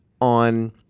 on